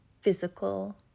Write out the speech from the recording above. physical